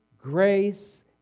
grace